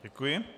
Děkuji.